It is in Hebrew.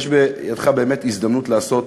בידך באמת הזדמנות לעשות